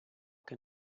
que